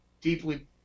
deeply